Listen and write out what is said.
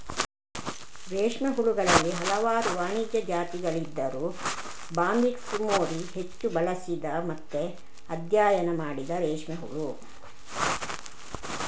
ರೇಷ್ಮೆ ಹುಳುಗಳಲ್ಲಿ ಹಲವಾರು ವಾಣಿಜ್ಯ ಜಾತಿಗಳಿದ್ದರೂ ಬಾಂಬಿಕ್ಸ್ ಮೋರಿ ಹೆಚ್ಚು ಬಳಸಿದ ಮತ್ತೆ ಅಧ್ಯಯನ ಮಾಡಿದ ರೇಷ್ಮೆ ಹುಳು